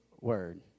word